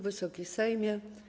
Wysoki Sejmie!